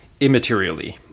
immaterially